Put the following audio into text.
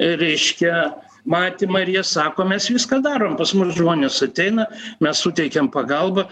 reiškia matymą ir jie sako mes viską darom pas mus žmonės ateina mes suteikiam pagalbą